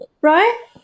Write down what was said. right